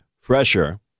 fresher